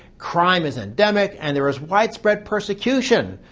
crime is endemic and there is widespread persecution.